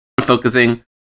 Focusing